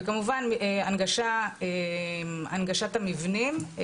וכמובן הנגשת המבנים.